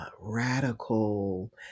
radical